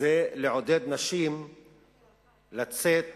היא לעודד נשים לצאת